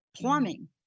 plumbing